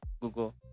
google